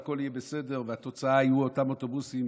והתוצאה הייתה אותם אוטובוסים